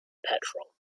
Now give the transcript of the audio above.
petrol